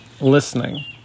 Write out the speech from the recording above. listening